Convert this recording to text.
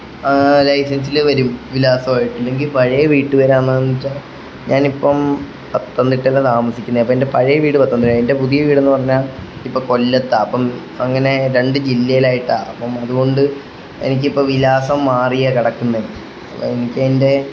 ലൈസൻസിൽ വരും വിലാസമായിട്ട് ഇല്ലെങ്കിൽ പഴയ വീട്ട് പേരാണോ എന്നു വെച്ചാൽ ഞാനിപ്പം പത്തനംതിട്ടയിലാണ് താമസിക്കുന്നത് അപ്പം എൻ്റെ പഴയ വീട് പത്തനംതിട്ട എൻ്റെ പുതിയ വീടെന്നു പറഞ്ഞാൽ ഇപ്പം കൊല്ലത്താണ് അപ്പം അങ്ങനെ രണ്ട് ജില്ലയിലായിട്ടാണ് അപ്പം അതു കൊണ്ട് എനിക്കിപ്പം വിലാസം മാറിയാണ് കിടക്കുന്നത് അപ്പം എനിക്കതിന്റെ